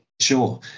Sure